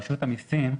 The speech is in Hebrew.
ברשות המיסים,